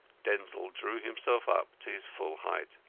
denzil drew himself up to his full height.